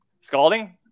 Scalding